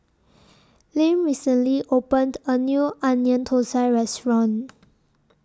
Lem recently opened A New Onion Thosai Restaurant